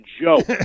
joke